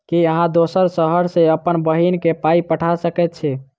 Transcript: की अहाँ दोसर शहर सँ अप्पन बहिन केँ पाई पठा सकैत छी?